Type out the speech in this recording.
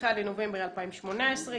21 בנובמבר 2018,